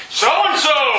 so-and-so